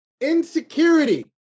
Insecurity